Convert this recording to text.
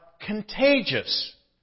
contagious